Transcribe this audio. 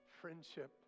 friendship